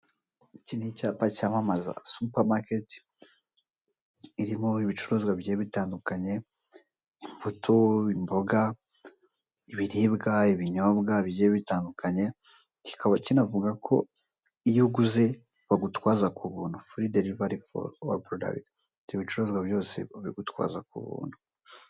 Iki ni icyapa cyamamaza supe maketi irimo ibicuruzwa bigiye bitandukanye imbuto imboga ibiribwa n'ibinyobwa bitandukanye, kikaba kinavuga ko iyo uguze bagutwaza ku buntu ibyo bicuruzwa byose babigutwaza ku buntu.